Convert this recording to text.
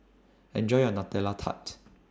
Enjoy your Nutella Tart